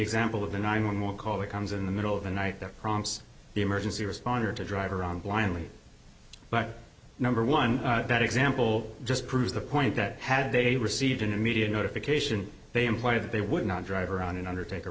example of the nine one one call that comes in the middle of the night that prompts the emergency responder to drive around blindly but number one that example just proves the point that had they received an immediate notification they imply that they would not drive around and undertake